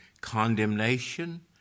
condemnation